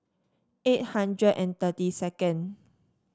eight hundred and thirty second